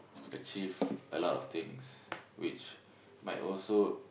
achieve a lot of things which might also